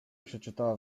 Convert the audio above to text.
przeczytała